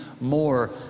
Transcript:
more